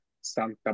Santa